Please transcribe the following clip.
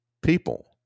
people